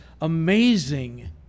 amazing